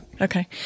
Okay